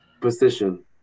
Position